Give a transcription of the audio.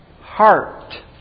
heart